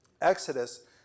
Exodus